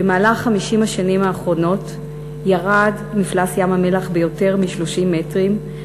במהלך 50 השנים האחרונות ירד מפלס ים-המלח ביותר מ-30 מטרים,